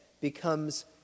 becomes